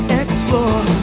explore